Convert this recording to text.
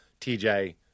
TJ